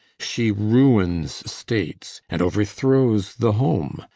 she ruins states, and overthrows the home,